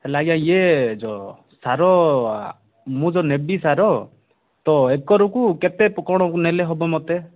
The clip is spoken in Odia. ହେଲେ ଆଜ୍ଞା ଇଏ ଯେଉଁ ସାର ମୁଁ ଯେଉଁ ନେବି ସାର ତ ଏକରକୁ କେତେ କ'ଣ ନେଲେ ହେବ ମୋତେ